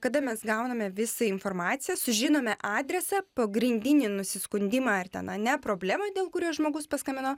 kada mes gauname visą informaciją sužinome adresą pagrindinį nusiskundimą ar ten ane problemą dėl kurios žmogus paskambino